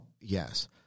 Yes